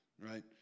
right